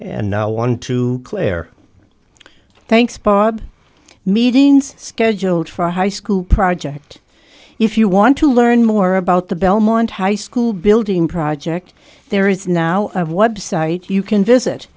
and now on to clare thanks bob meetings scheduled for a high school project if you want to learn more about the belmont high school building project there is now site you can visit